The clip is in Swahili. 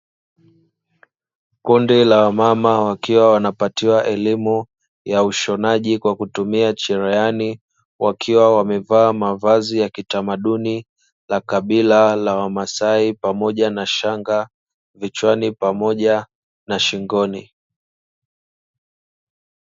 Kundi la wamama wakiwa wanapatiwa elimu ya ushonaji kwa kutumia cherehani, wakiwa wamevaa mavazi ya kitamaduni la kabila la wamasai pamoja na shanga vichwani pamoja na shingoni.